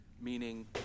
meaning